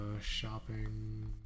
shopping